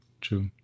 True